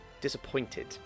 disappointed